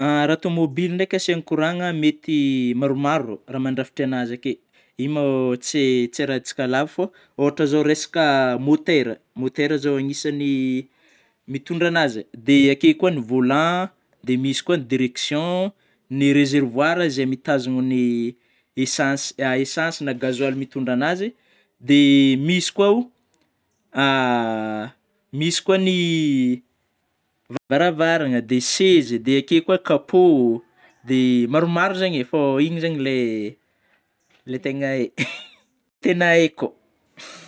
Raha tômobily ndraiky asiana kôragna, mety maromaro, raha mandrafitra an'azy akeo ,igny mô tsy, tsy arahantsika lavy fô, ôhatra zao resaka motera, motera zao anisany mitondra an'azy, dia akeo koa ny volan, dia misy koa ny direction ,ny resérvoir izay mitazona ny essence, essence na gasoil mitondra an'azy de, misy koa ao misy koa ny vara-varavaragna, de seza dia akeo koa kapô ,de maromaro zeigny, fô igny zany le ilay tena aiko.